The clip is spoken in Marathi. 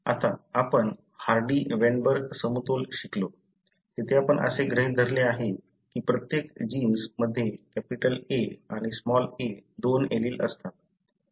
आता आपण हार्डी वेनबर्ग समतोल शिकलो तेथे आपण असे गृहीत धरले आहे की प्रत्येक जीन्स मध्ये "A" आणि "a" दोन एलील असतात